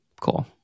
cool